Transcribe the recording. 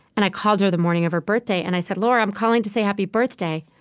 and i called her the morning of her birthday, and i said, laura, i'm calling to say happy birthday,